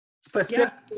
specifically